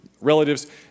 relatives